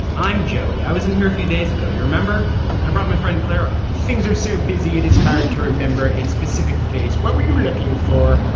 i'm joey. i was in here a few days ago. you remember i brought my friend clara things are so busy, it is hard to remember a specific face. what were you looking for?